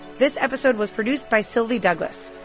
this episode was produced by sylvie douglis.